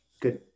Good